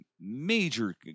major